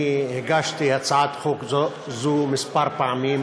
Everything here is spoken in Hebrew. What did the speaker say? אני הגשתי הצעת חוק זו כמה פעמים